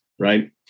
right